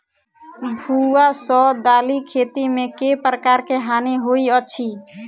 भुआ सँ दालि खेती मे केँ प्रकार केँ हानि होइ अछि?